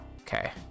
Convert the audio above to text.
okay